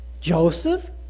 Joseph